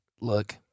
look